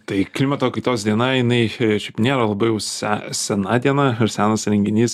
tai klimato kaitos diena jinai šiaip nėra labai jau se sena diena ir senas renginys